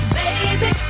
baby